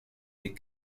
des